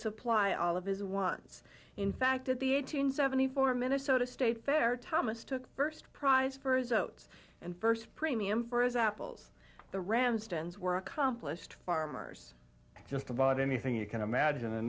supply all of his wants in fact at the eight hundred seventy four minnesota state fair thomas took first prize for his outs and first premium for his apples the rand stands were accomplished farmers just about anything you can imagine in